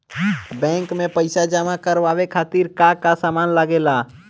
Bank में पईसा जमा करवाये खातिर का का सामान लगेला?